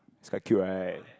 it's quite cute right